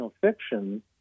fiction